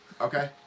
Okay